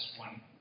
one